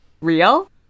real